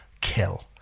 kill